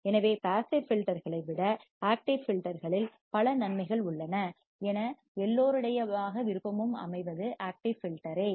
எனவே பாசிவ் ஃபில்டர்களை விட ஆக்டிவ் ஃபில்டர்களில் பல நன்மைகள் உள்ளன எனவே எல்லோருடைய விருப்பமாக அமைவது ஆக்டிவ் பில்டரே